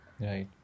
Right